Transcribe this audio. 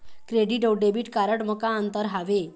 Credit अऊ debit card म का अंतर हावे?